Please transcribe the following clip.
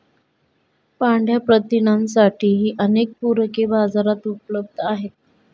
पांढया प्रथिनांसाठीही अनेक पूरके बाजारात उपलब्ध आहेत